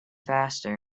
faster